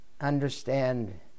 understand